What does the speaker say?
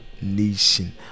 nation